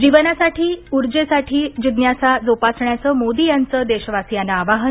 जीवनातील ऊर्जेसाठी जिज्ञासा जोपासण्याचं मोदी यांचं देशवासियांना आवाहन